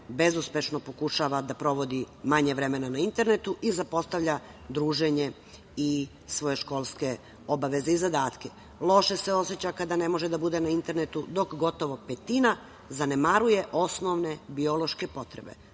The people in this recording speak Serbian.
bezuspešno pokušava da provodi manje vremena na internetu i zapostavlja druženje i svoje školske obaveze i zadatke. Loše se oseća kada ne može da bude na internetu, dok gotovo petina zanemaruje osnovne biološke potrebe,